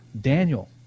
Daniel